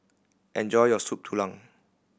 enjoy your Soup Tulang